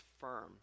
firm